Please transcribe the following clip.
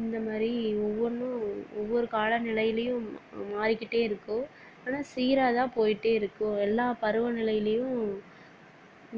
இந்த மாதிரி ஒவ்வொன்றும் ஒவ்வொரு கால நிலைலேயும் மாறிக்கிட்டே இருக்கும் ஆனால் சீராக தான் போய்கிட்டே இருக்கும் எல்லா பருவ நிலைலேயும்